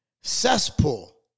cesspool